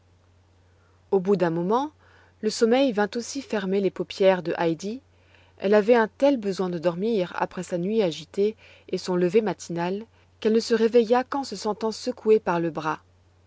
au bout d'un moment le sommeil vint aussi fermer les paupières de heidi elle avait un tel besoin de dormir après sa nuit agitée et son lever matinal qu'elle ne se réveilla qu'en se sentant secouée par le bras